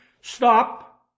stop